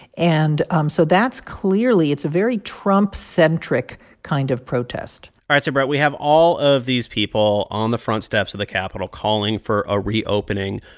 and um so that's clearly it's a very trump-centric kind of protest all right. so, brett, we have all of these people on the front steps of the capitol calling for a reopening.